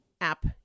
app